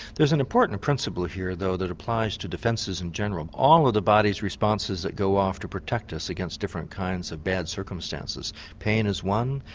there's an important principle here, though, that applies to defences in general, all the body's responses that go off to protect us against different kinds of bad circumstances. pain is one,